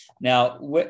Now